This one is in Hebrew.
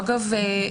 אגב,